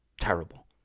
terrible